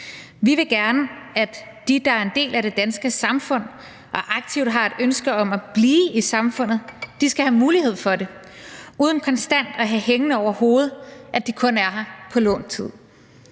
Vi vil gerne, at de, der er en del af det danske samfund og aktivt har et ønske om at blive samfundet, skal have mulighed for det uden konstant at have hængende over hovedet, at de kun er her på lånt tid.